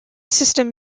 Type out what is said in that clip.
system